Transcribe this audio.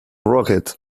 rocket